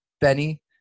Benny